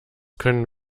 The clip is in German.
können